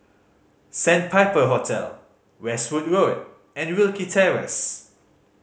Sandpiper Hotel Westwood Road and Wilkie Terrace